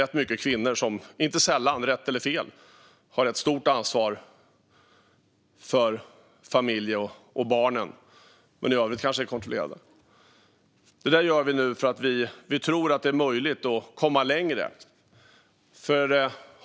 Det påverkar kvinnor som inte sällan, rätt eller fel, har ett stort ansvar för familjen och barnen men som i övrigt är kontrollerade. Vi gör detta nu därför att vi tror att det är möjligt att komma längre.